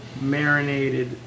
marinated